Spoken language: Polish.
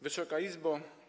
Wysoka Izbo!